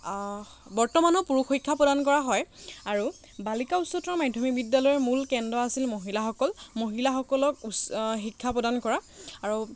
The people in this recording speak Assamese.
বৰ্তমানো পুৰুষ শিক্ষা প্ৰদান কৰা হয় আৰু বালিকা উচ্চতৰ মাধ্যমিক বিদ্যালয়ৰ মূল কেন্দ্ৰ আছিল মহিলাসকল মহিলাসকলক উচ্চ শিক্ষা প্ৰদান কৰা আৰু